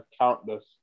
countless